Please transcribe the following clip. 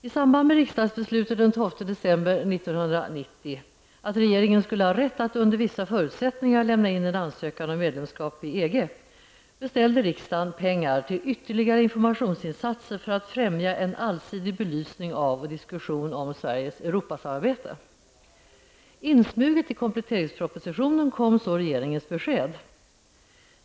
1990 -- dvs. att regeringen har rätt att under vissa förutsättningar lämna in en ansökan om medlemskap i EG -- beställde riksdagen pengar till ytterligare informationsinsatser för att främja en allsidig belysning av och en diskussion om Sveriges Insmuget i kompletteringspropositionen kom så regeringens besked.